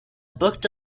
booked